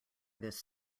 this